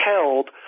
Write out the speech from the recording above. held